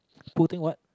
putting what